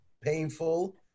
painful